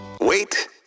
Wait